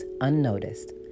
unnoticed